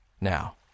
Now